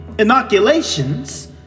inoculations